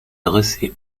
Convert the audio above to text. dressait